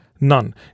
none